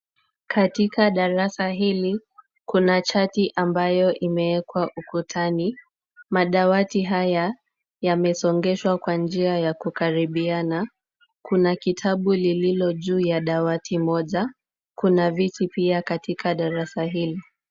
Katika darasa hili, kuna chati ambayo imewekwa ukutani. Madawati haya yamesongeshwa kwa njia ya kukaribiana. Kuna kitabu lililo juu ya dawati moja. Kuna viti pia katika darasa hili.